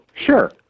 sure